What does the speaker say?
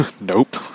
nope